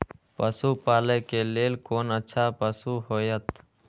पशु पालै के लेल कोन अच्छा पशु होयत?